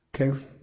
Okay